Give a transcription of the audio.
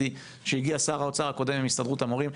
שהגיע שר האוצר הקודם עם הסתדרות המורים,